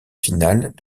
finales